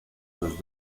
los